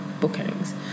bookings